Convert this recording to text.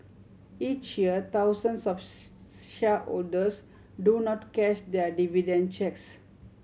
each year thousands of shareholders do not cash their dividend cheques